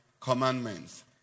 commandments